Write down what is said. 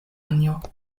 anjo